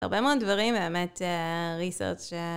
הרבה מאוד דברים באמת, ריסרצ׳ ש...